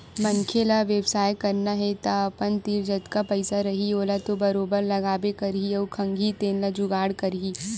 मनखे ल बेवसाय करना हे तअपन तीर जतका पइसा रइही ओला तो बरोबर लगाबे करही अउ खंगही तेन ल जुगाड़ करही